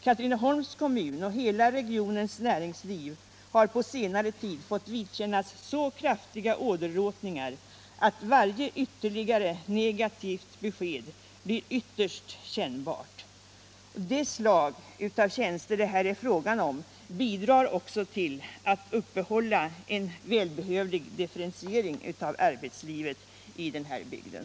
Katrineholms kommun och hela regionens näringsliv har på senare tid fått vidkännas så kraftiga åderlåtningar att varje ytterligare negativt besked beträffande sysselsättningen blir ytterst kännbart. Det slag av tjänster det här är fråga om bidrar också till att upprätthålla en välbehövlig differentiering av arbetslivet i bygden.